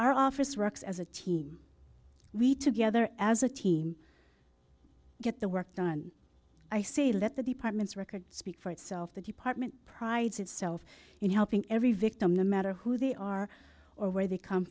our office works as a team we together as a team get the work done i say let the departments record speak for itself the department prides itself in helping every victim the matter who they are or where they come